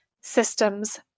systems